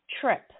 trip